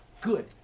good